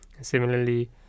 Similarly